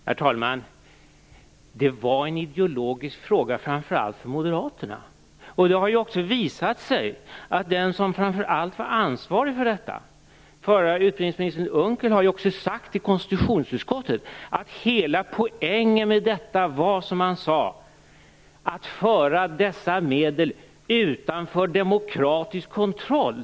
Herr talman! Det var en ideologisk fråga framför allt för moderaterna. Den som framför allt var ansvarig för detta, förre utbildningsministern Unckel, har ju också sagt till konstitutionsutskottet att hela poängen med detta var att föra dessa medel utanför demokratisk kontroll.